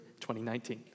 2019